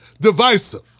divisive